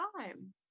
time